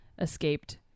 escaped